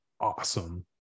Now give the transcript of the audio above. awesome